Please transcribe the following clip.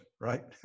right